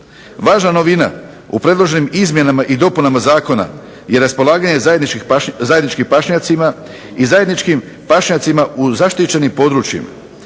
Važna novina u predloženim izmjenama i dopunama zakona je raspolaganje zajedničkim pašnjacima i zajedničkim pašnjacima u zaštićenim područjima.